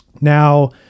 Now